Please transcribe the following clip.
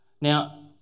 Now